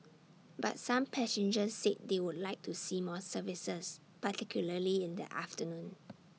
but some passengers said they would like to see more services particularly in the afternoon